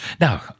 Now